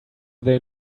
they